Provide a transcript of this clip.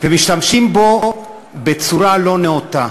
ומשתמשים בו בצורה לא נאותה.